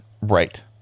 Right